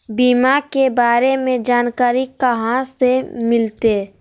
बीमा के बारे में जानकारी कहा से मिलते?